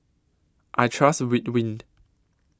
I Trust Ridwind